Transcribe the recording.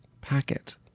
packet